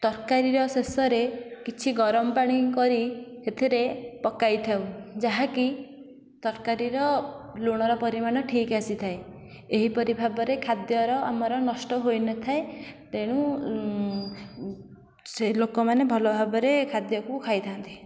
ତରକାରୀ ର ଶେଷରେ କିଛି ଗରମ ପାଣି କରି ସେଥିରେ ପକେଇଥାଉ ଯାହାକି ତାରକାରୀର ଲୁଣ ର ପରିମାଣ ଠିକ୍ ଆସିଥାଏ ଏହିପରି ଭାବରେ ଖାଦ୍ୟର ଆମର ନଷ୍ଟ ହୋଇନଥାଏ ତେଣୁ ସେ ଲୋକମାନେ ଭଲ ଭାବରେ ଖାଦ୍ୟ କୁ ଖାଇଥାନ୍ତି